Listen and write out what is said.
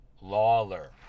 Lawler